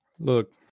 Look